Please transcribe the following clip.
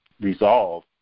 resolve